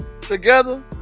together